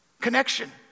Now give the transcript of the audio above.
connection